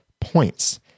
points